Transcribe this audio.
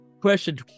Question